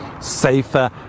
safer